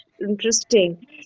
interesting